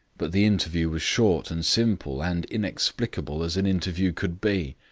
but the interview was short and simple and inexplicable as an interview could be.